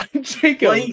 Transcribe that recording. Jacob